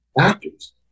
actors